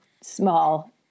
small